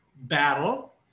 battle